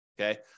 Okay